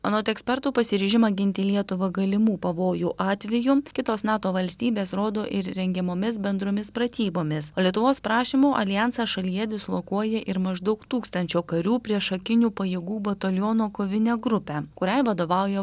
anot ekspertų pasiryžimą ginti lietuvą galimų pavojų atveju kitos nato valstybės rodo ir rengiamomis bendromis pratybomis o lietuvos prašymu aljansas šalyje dislokuoja ir maždaug tūkstančio karių priešakinių pajėgų bataliono kovinę grupę kuriai vadovauja